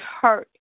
hurt